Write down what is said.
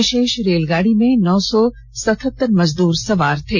विषेष रेलगाड़ी में नौ सौ सतहत्तर मजदूर सवार थे